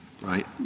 Right